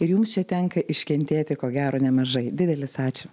ir jums čia tenka iškentėti ko gero nemažai didelis ačiū